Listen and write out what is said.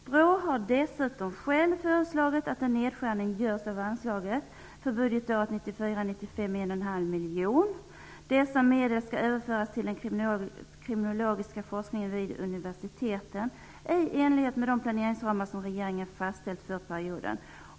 BRÅ har dessutom självt föreslagit att en nedskärning med 1,5 miljoner kronor görs av anslaget för budgetåret 1994/95. Dessa medel skall överföras till den kriminologiska forskningen på universiteten, i enlighet med de planeringsramar som regeringen fastställt för perioden.